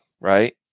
right